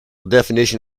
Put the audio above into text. definition